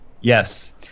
Yes